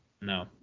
No